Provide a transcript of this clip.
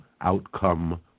outcome